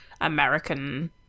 American